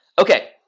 okay